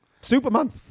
Superman